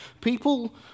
people